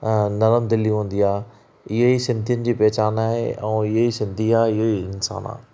ऐं नरम दिली हूंदी आ्हे इहो ई सिंधियुनि जी पहिचान आहे ऐं इहो ई सिंधी आहे इहो ई इंसान आहे